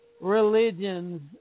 religions